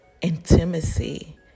intimacy